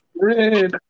Red